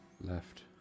Left